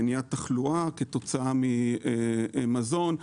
מניעת תחלואה כתוצאה ממזון.